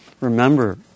remember